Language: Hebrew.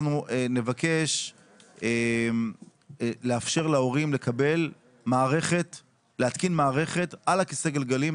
נבקש לאפשר להורים להתקין מערכת על כיסא הגלגלים,